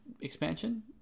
expansion